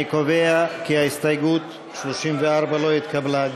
אני קובע כי הסתייגות 34 לא התקבלה.